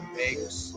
makes